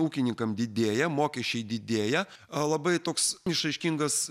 ūkininkam didėja mokesčiai didėja labai toks išraiškingas